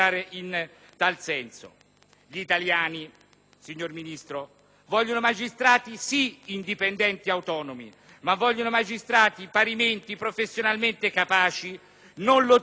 Gli italiani, signor Ministro, vogliono magistrati sì indipendenti ed autonomi, ma vogliono magistrati parimenti professionalmente capaci, non lottizzati, non imbrigliati